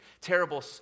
terrible